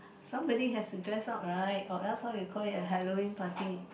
somebody has to dress up right or else how you call it a Halloween party